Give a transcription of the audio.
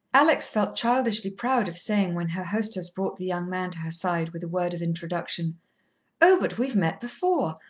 alex felt childishly proud of saying, when her hostess brought the young man to her side, with a word of introduction oh, but we've met before!